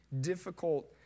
difficult